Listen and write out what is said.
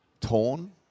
torn